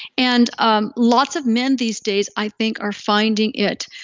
and um lots of men these days i think are finding it,